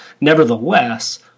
Nevertheless